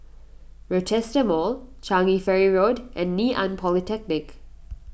Rochester Mall Changi Ferry Road and Ngee Ann Polytechnic